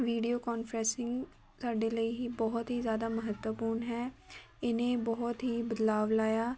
video conferencing ਸਾਡੇ ਲਈ ਹੀ ਬਹੁਤ ਹੀ ਜ਼ਿਆਦਾ ਮਹੱਤਵਪੂਰਨ ਹੈ ਇਹਨੇ ਬਹੁਤ ਹੀ ਬਦਲਾਵ ਲਾਇਆ